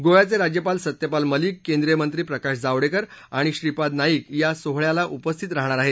गोव्याचे राज्यपाल सत्यपाल मलिक केंद्रीय मंत्री प्रकाश जावडेकर आणि श्रीपाद नाईक या सोहळ्याला उपस्थित राहणार आहेत